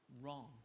wrong